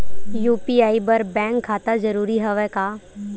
UPI बर bank खाता जरूरी हवय का?